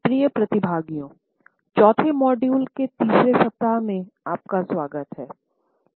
प्रिय प्रतिभागियों चौथे मॉड्यूल के तीसरे सप्ताह में आपका स्वागत हैं